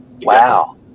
wow